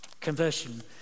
conversion